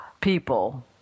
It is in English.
people